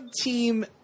team